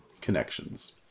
connections